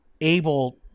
able